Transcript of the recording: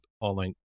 online